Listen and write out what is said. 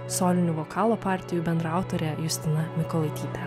solinių vokalo partijų bendraautorė justina mykolaitytė